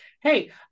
Hey